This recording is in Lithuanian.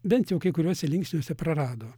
bent jau kai kuriuose linksniuose prarado